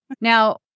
Now